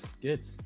good